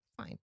Fine